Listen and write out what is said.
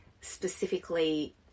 specifically